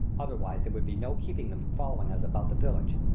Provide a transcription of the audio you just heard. otherwise there would be no keeping them from following us about the village.